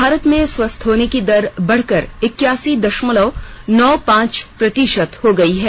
भारत में स्वस्थ होने की दर बढकर इक्यासी दषमलव नौ पांच प्रतिषत हो गई है